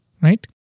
right